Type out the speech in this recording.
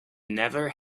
never